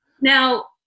Now